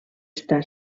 està